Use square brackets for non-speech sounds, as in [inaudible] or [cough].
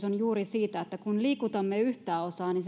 [unintelligible] on juuri siinä että kun liikutamme yhtä